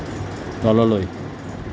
তললৈ